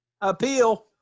appeal